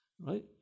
Right